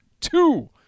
two